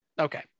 okay